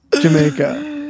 Jamaica